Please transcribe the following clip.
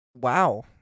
Wow